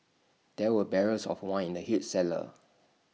there were barrels of wine in the huge cellar